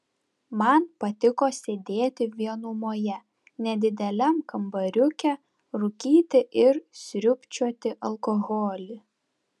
man patiko sėdėti vienumoje nedideliam kambariuke rūkyti ir sriubčioti alkoholį